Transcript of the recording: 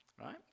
right